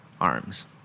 arms